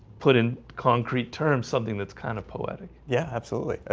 put in concrete terms something. that's kind of poetic. yeah, absolutely. ah